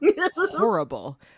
horrible